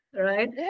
right